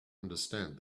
understand